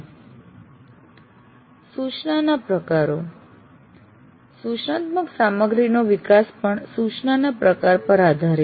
સૂચનાના પ્રકારો સૂચનાત્મક સામગ્રીનો વિકાસ પણ સૂચનાના પ્રકાર પર આધારિત છે